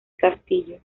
castillo